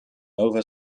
nova